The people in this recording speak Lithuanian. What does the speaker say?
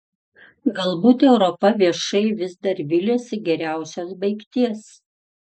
galbūt europa viešai vis dar viliasi geriausios baigties